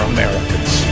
Americans